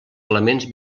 elements